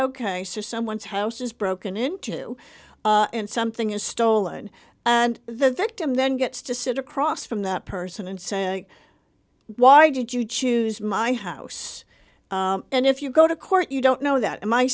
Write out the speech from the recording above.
ok so someone's house is broken into and something is stolen and the dictum then gets to sit across from that person and say why did you choose my house and if you go to court you don't know that